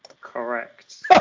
Correct